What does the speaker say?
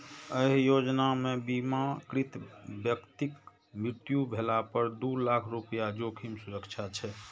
एहि योजना मे बीमाकृत व्यक्तिक मृत्यु भेला पर दू लाख रुपैया जोखिम सुरक्षा छै